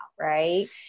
Right